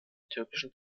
türkischen